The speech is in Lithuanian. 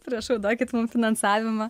prašau duokit mum finansavimą